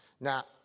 Now